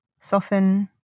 Soften